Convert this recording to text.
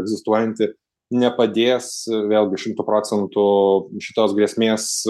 egzistuojanti nepadės vėlgi šimtu procentų šitos grėsmės